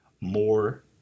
More